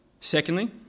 Secondly